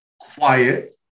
quiet